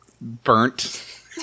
burnt